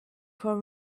for